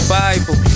bible